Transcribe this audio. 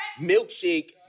milkshake